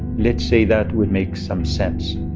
let's say that would make some sense.